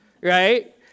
right